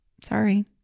Sorry